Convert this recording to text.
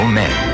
men